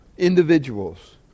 individuals